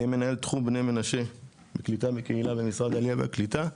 יהיה מנהל תחום בני מנשה בקליטה וקהילה במשרד העלייה והקליטה,